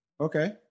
Okay